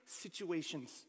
situations